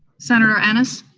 senator ennis?